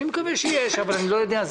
אני מקווה שיש פתרון, אבל אני לא יודע.